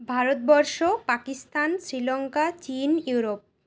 ভারতবর্ষ পাকিস্তান শ্রীলঙ্কা চিন ইউরোপ